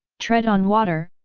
tread on water,